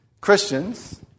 Christians